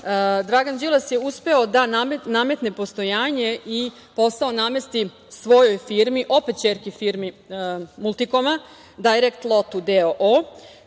Dragan Đilas je uspeo da nametne postojanje i posao namesti svojoj firmi, opet ćerki firmi „Multikoma“, Dajrekt lotu